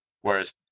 Whereas